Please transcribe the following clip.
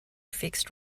fixed